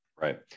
Right